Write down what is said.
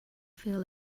feel